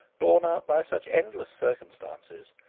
borne out by such endless circumstances,